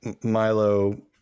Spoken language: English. Milo